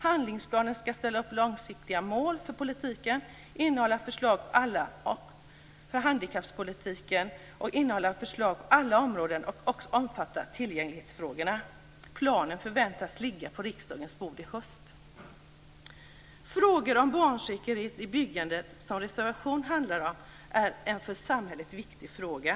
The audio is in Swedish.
Handlingsplanen skall ställa upp långsiktiga mål för politiken, innehålla förslag på alla områden och också omfatta tillgänglighetsfrågorna. Planen förväntas ligga på riksdagens bord i höst. Frågor om barnsäkerhet i byggnader, som reservation 22 handlar om, är en för samhället viktig fråga.